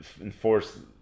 enforce